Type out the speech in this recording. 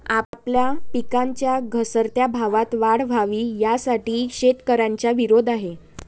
आपल्या पिकांच्या घसरत्या भावात वाढ व्हावी, यासाठी शेतकऱ्यांचा विरोध आहे